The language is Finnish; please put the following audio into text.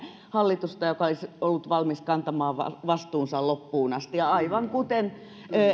hallitusta joka olisi ollut valmis kantamaan vastuunsa loppuun asti ja aivan kuten